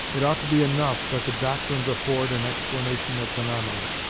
it ought to be enough that the doctrines afford an explanation of phaenomena,